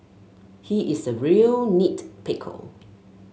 he is a real nit picker